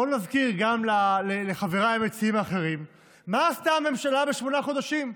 בואו נזכיר גם לחבריי המציעים האחרים מה עשתה הממשלה בשמונה חודשים: